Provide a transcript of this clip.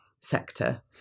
sector